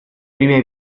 prime